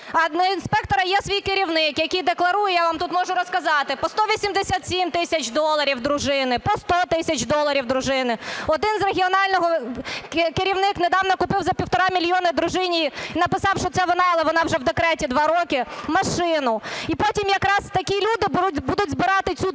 а у інспектора є свій керівник, який декларує, я вам тут можу розказати, по 187 тисяч доларів дружини, по 100 тисяч доларів дружини. Один з регіонального керівник недавно купив за 1,5 мільйона дружині і написав, що це вона, але вона вже в декреті два роки, машину. І потім якраз такі люди будуть збирати цю данину,